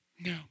No